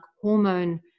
hormone